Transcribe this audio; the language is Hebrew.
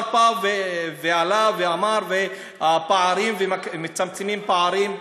והשר עלה ואמר: הפערים, ומצמצמים פערים,